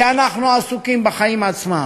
כי אנחנו עסוקים בחיים עצמם.